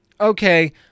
okay